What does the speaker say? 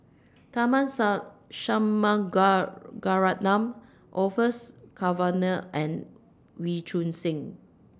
Tharman Shanmugaratnam Orfeur Cavenagh and Wee Choon Seng